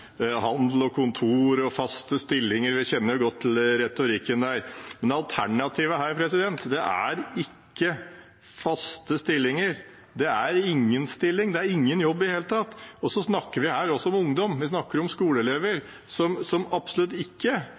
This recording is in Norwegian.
Handel og Kontor og faste stillinger – vi kjenner godt til retorikken der. Men alternativet her er ikke faste stillinger. Det er ingen stilling, det er ingen jobb i det hele tatt. Vi snakker her om ungdom. Vi snakker om skoleelever som absolutt ikke